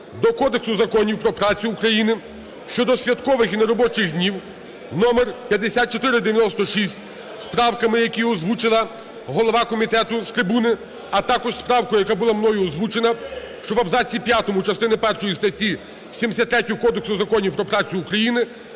до Кодексу Законів про працю України щодо святкових і неробочих днів (№ 5496) з правками, які озвучила голова комітету з трибуни, а також із правкою, яка була мною озвучена, що в абзаці п'ятому частини першої статті 73 Кодексу Законів про працю України